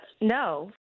no